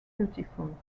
beautiful